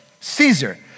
Caesar